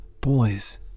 boys